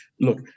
look